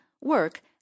work